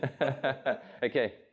Okay